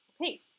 okay